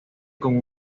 con